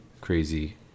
crazy